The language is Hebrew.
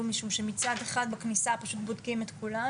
משום שמצד אחד בכניסה פשוט בודקים את כולם,